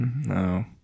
No